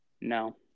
No